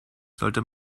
sollte